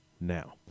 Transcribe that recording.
now